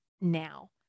now